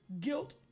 guilt